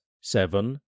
seven